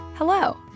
Hello